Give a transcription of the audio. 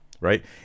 Right